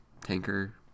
tanker